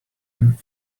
and